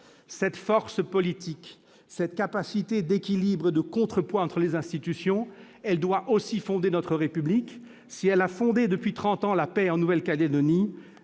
Cette force politique, cette capacité d'équilibre, de contrepoids entre les institutions, doit aussi fonder notre République. Si elle a permis depuis trente ans la paix en Nouvelle-Calédonie,